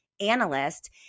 analyst